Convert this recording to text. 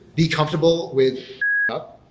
be comfortable with f up.